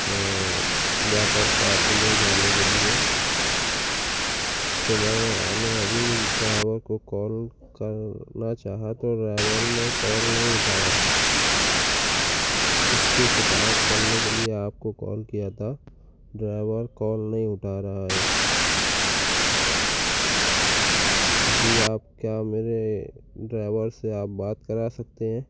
water park لے جانے کے لیے تو میں نے ابھی ڈرائیور کو کال کرنا چاہا تو ڈرائیور نے کال نہیں اٹھایا اس کی شکایت کرنے کے لیے آپ کو کال کیا تھا ڈرائیور کال نہیں اٹھا رہا ہے جی آپ کیا میرے ڈرائیور سے آپ بات کرا سکتے ہیں